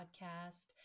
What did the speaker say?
podcast